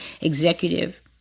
executive